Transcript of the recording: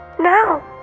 Now